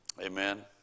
Amen